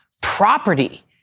property